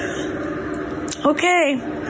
Okay